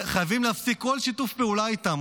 חייבים להפסיק כל שיתוף פעולה איתם,